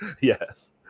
Yes